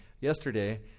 Yesterday